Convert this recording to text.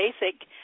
basic